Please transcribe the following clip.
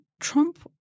Trump